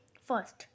First